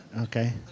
okay